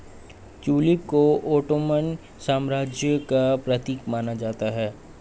tulip को Ottoman साम्राज्य का प्रतीक माना जाता है